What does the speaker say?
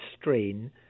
strain